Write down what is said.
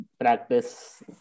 practice